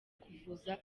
kuvuza